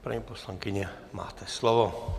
Paní poslankyně, máte slovo.